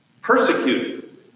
Persecuted